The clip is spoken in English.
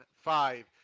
five